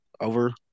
over